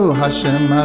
Hashem